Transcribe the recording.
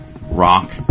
rock